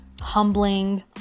humbling